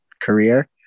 career